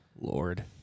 lord